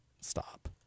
Stop